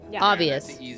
obvious